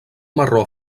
marró